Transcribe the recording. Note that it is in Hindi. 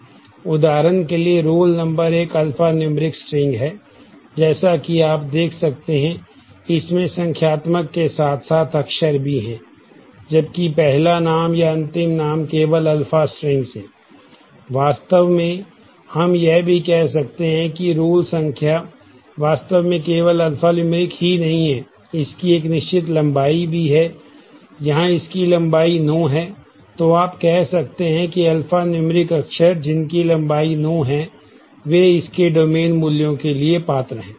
उदाहरण के लिए रोल नंबर एक अल्फ़ान्यूमेरिक स्ट्रिंग मूल्यों के लिए पात्र हैं